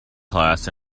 class